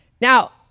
Now